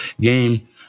game